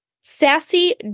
Sassy